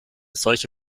solche